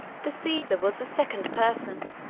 the caesar was the second person,